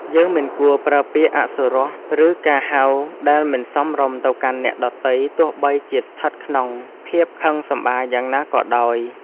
យើងមិនគួរប្រើពាក្យអសុរោះ ឬការហៅដែលមិនសមរម្យទៅកាន់អ្នកដទៃទោះបីជាស្ថិតក្នុងភាពខឹងសម្បារយ៉ាងណាក៏ដោយ។